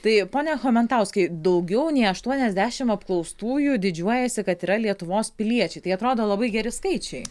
tai pone chomentauskai daugiau nei aštuoniasdešimt apklaustųjų didžiuojasi kad yra lietuvos piliečiai tai atrodo labai geri skaičiai